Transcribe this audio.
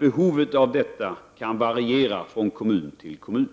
behovet självfallet variera från kommun till kommun.